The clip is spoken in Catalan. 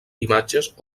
imatges